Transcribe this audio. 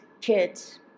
kids